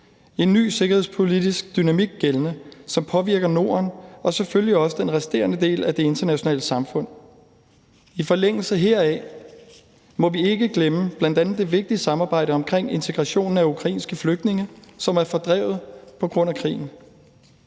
en ny sikkerhedspolitisk dynamik gældende, som påvirker Norden og selvfølgelig også den resterende del af det internationale samfund. I forlængelse heraf må vi ikke glemme bl.a. det vigtige samarbejde omkring integrationen af ukrainske flygtninge, som er fordrevet på grund af krigen.